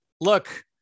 look